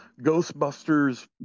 Ghostbusters